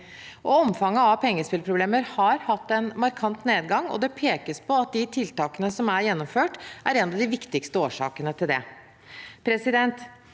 Omfanget av pengespillproblemer har hatt en markant nedgang, og det pekes på at de tiltakene som er gjennomført, er en av de viktigste årsakene til dette.